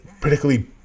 particularly